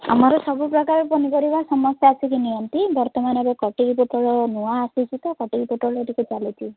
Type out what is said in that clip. ଆମର ସବୁ ପ୍ରକାର ପନିପରିବା ସମସ୍ତେ ଆସିକି ନିଅନ୍ତି ବର୍ତ୍ତମାନ ଏବେ କଟିକି ପୋଟଳ ନୂଆ ଆସିଛି ତ କଟିକି ପୋଟଳ ଟିକେ ଚାଲିଛି